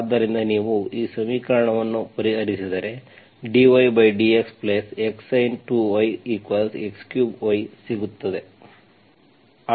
ಆದ್ದರಿಂದ ನೀವು ಈ ಸಮೀಕರಣವನ್ನು ಪರಿಹರಿಸಿದ್ದರೆdydx x sin2yx3y ಸಿಗುತ್ತದೆ